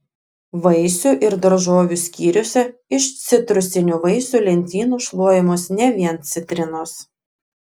vaisių ir daržovių skyriuose iš citrusinių vaisių lentynų šluojamos ne vien citrinos